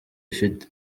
ifite